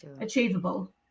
achievable